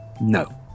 No